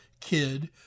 kid